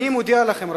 רבותי, אני מודיע לכם: